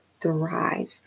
thrive